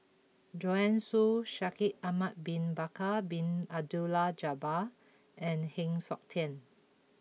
Joanne Soo Shaikh Ahmad Bin Bakar Bin Abdullah Jabbar and Heng Siok Tian